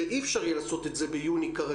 הוצאנו את זה בשני באלקים שמיקדו באיזה